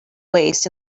waist